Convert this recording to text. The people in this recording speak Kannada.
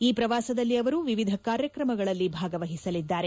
ಈ ಪ್ರವಾಸದಲ್ಲಿ ಅವರು ವಿವಿಧ ಕಾರ್ಯಕ್ರಮಗಳಲ್ಲಿ ಭಾಗವಹಿಸಲಿದ್ದಾರೆ